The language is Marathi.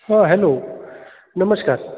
हां हॅलो नमश्कार